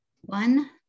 one